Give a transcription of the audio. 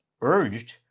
urged